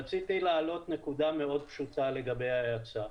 רציתי להעלות נקודה מאוד פשוטה לגבי ההאצה.